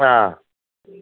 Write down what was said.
ആ